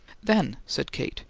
then, said kate,